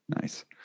Nice